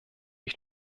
ich